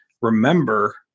remember